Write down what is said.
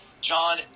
John